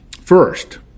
First